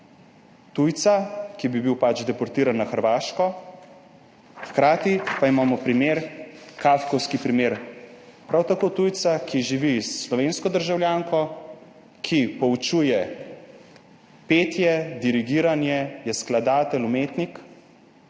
tujca, ki bi bil deportiran na Hrvaško, hkrati pa imamo primer, kafkovski primer prav tako tujca, ki živi s slovensko državljanko, ki poučuje petje, dirigiranje, je skladatelj, umetnik.